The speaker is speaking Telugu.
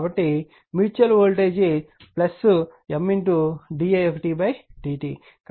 కాబట్టి మ్యూచువల్ వోల్టేజ్ M di1dt